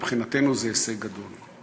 מבחינתנו זה הישג גדול.